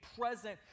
present